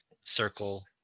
circle